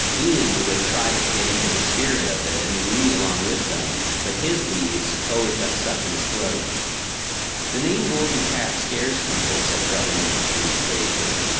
ian would try to get into the spirit of it and we along with them, but his we's always got caught in his throat the name golden calf scares people, said brother number three gravely.